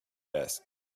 asked